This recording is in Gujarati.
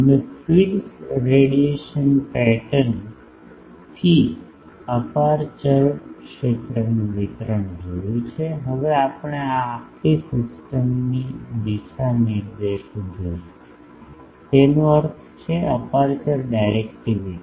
અમે ફીડ્સ રેડિયેશન પેટર્ન થી અપેર્ચર ક્ષેત્રનું વિતરણ જોયું છે હવે આપણે આ આખી સિસ્ટમની દિશા નિર્દેશો જોશું તેનો અર્થ છે અપેર્ચર ડાયરેક્ટિવિટી